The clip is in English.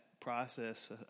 process